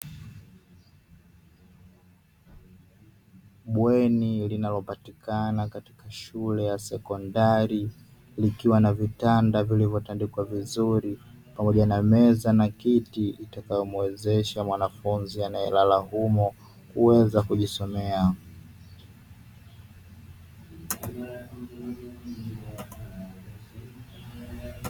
Bweni linalopatikana katika shule ya sekondari, likiwa na vitanda vilivyotandikwa vizuri, pamoja na meza na viti vitavo mwawezesha mwanafunzi anayelala humo huweza kujisome.